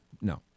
No